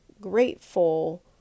grateful